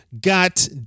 got